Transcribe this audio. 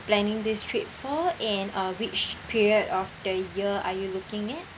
planning this trip for and uh which period of the year are you looking at